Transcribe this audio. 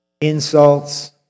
insults